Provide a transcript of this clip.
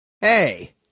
Hey